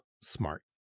smart